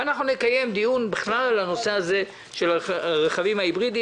ואנחנו נקיים דיון בכלל על נושא הרכבים ההיברידיים.